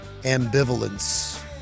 ambivalence